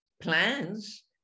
plans